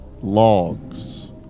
Logs